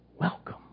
welcome